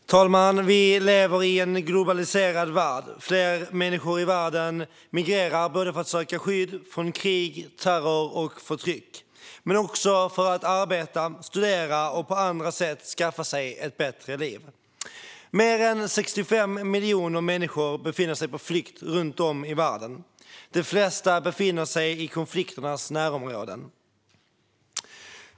Fru talman! Vi lever i en globaliserad värld. Fler människor i världen migrerar för att söka skydd från krig, terror och förtryck men också för att arbeta, studera och på andra sätt skaffa sig ett bättre liv. Mer än 65 miljoner människor befinner sig på flykt runt om i världen. De flesta befinner sig i konflikternas närområden.